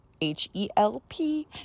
H-E-L-P